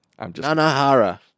Nanahara